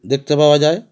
দেখতে পাওয়া যায়